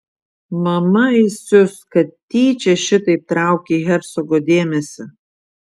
mama įsius kad tyčia šitaip traukei hercogo dėmesį